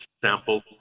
sample